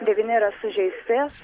devyni yra sužeisti